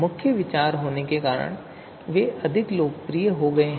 मुख्य विचार होने के कारण वे अधिक लोकप्रिय हो गए हैं